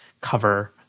cover